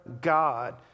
God